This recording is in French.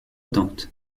tente